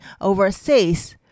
overseas